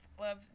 love